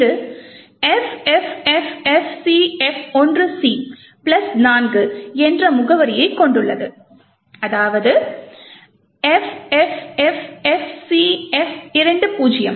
இது FFFFCF1C plus 4 என்ற முகவரியைக் கொண்டுள்ளது அதாவது FFFFCF20